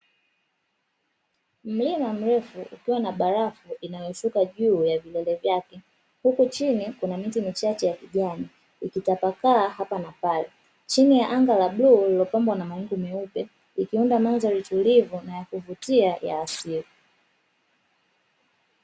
Mlima mlefu ukiwa na barafu inayoshuka juu ya vilele vyake, huku chini kuna miti michahache ya kijani ikitapakaa hapa na pale, chini ya anga la bluu lililopambwa na mawingu meupe ikiunda mandhari tulivu na ya kuvutia ya asili.